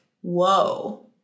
whoa